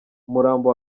umurambo